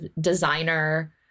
designer